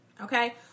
okay